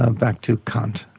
ah back to kant.